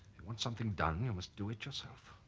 you want something done you must do it yourself